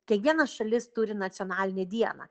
kiekviena šalis turi nacionalinę dieną